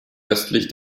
östlich